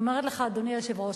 אדוני היושב-ראש,